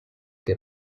que